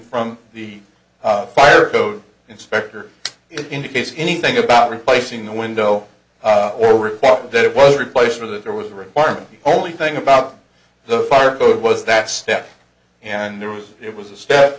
from the fire code inspector indicates anything about replacing the window or report that it was replaced or that there was a requirement the only thing about the fire code was that step and there was it was a step